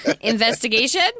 Investigation